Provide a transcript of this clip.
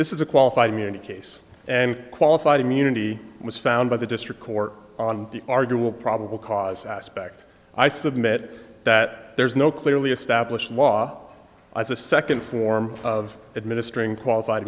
this is a qualified immunity case and qualified immunity was found by the district court on the larger will probable cause aspect i submit that there is no clearly established law as a second form of administering qualified